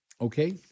Okay